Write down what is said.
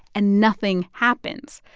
and nothing happens.